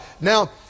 Now